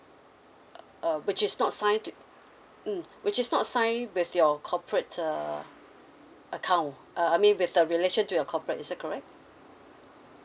uh uh which is not signed to mm which is not sign with your corporate err account uh I mean with a relation to your corporate is that correct